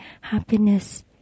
happiness